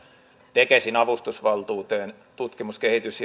tekesin avustusvaltuuteen tutkimus kehitys